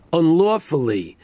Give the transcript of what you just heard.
unlawfully